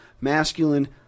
masculine